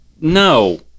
no